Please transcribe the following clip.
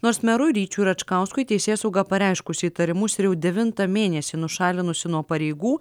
nors merui ryčiui račkauskui teisėsauga pareiškusi įtarimus jau devintą mėnesį nušalinusi nuo pareigų